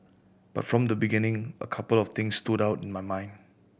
but from the beginning a couple of things stood out in my mind